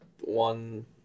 one